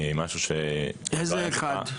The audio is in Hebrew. משהו שלא היה --- איזה אחד?